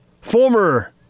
former